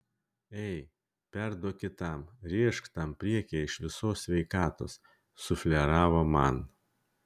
ei perduok kitam rėžk tam priekyje iš visos sveikatos sufleravo man